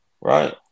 Right